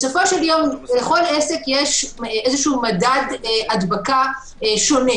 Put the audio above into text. בסופו של יום לכל עסק יש מדד הדבקה שונה,